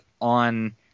on